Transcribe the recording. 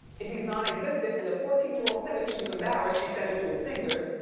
if he's non-existent and the fourteen year old said it, she was embarrassed, she said it through her fingers.